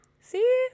See